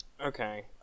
Okay